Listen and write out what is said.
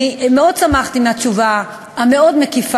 אני מאוד שמחתי מהתשובה המאוד-מקיפה,